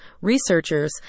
researchers